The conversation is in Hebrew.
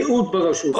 מה זה בריאות ברשות.